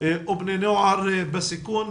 או בני נוער בסיכון,